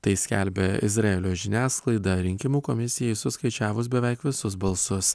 tai skelbia izraelio žiniasklaida rinkimų komisijai suskaičiavus beveik visus balsus